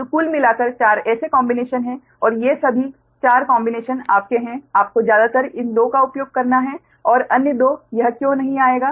तो कुल मिलाकर 4 ऐसे कॉम्बिनेशन हैं और ये सभी 4 कॉम्बिनेशन आपके हैं आपको ज्यादातर इन 2 का उपयोग करना होगा और अन्य 2 यह क्यों नहीं आएगा